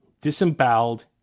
disemboweled